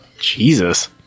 Jesus